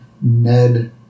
Ned